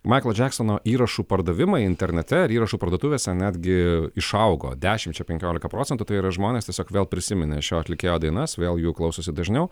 maiklo džeksono įrašų pardavimai internete ir įrašų parduotuvėse netgi išaugo dešimčia penkiolika procentų tai yra žmonės tiesiog vėl prisiminė šio atlikėjo dainas vėl jų klausosi dažniau